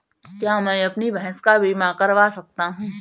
क्या मैं अपनी भैंस का बीमा करवा सकता हूँ?